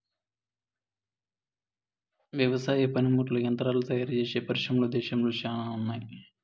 వ్యవసాయ పనిముట్లు యంత్రాలు తయారుచేసే పరిశ్రమలు దేశంలో శ్యానా ఉన్నాయి